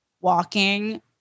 walking